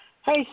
Hi